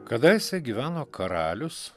kadaise gyveno karalius